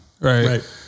right